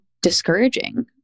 discouraging